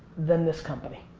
than this company.